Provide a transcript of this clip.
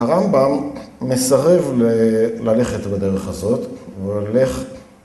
הרמב״ם מסרב ללכת בדרך הזאת והוא הולך.